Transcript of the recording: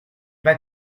pas